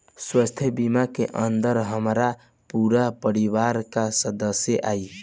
स्वास्थ्य बीमा के अंदर हमार पूरा परिवार का सदस्य आई?